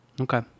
Okay